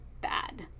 bad